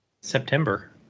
September